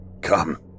Come